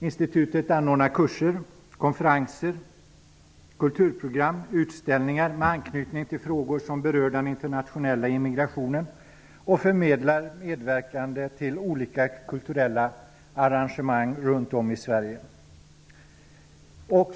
Institutet anordnar kurser, konferenser, kulturprogram och utställningar med anknytning till frågor som rör den internationella immigrationen och förmedlar medverkande till olika kulturella arrangemang runt om i Sverige.